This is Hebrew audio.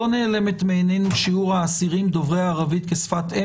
לא נעלם מעיננו שיעור האסירים דוברי הערבית כשפת אם